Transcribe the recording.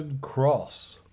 cross